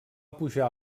pujar